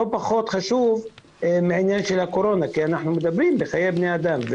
לא פחות חשוב מהעניין של הקורונה כי אנחנו מדברים בחיי בני אדם.